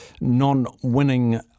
non-winning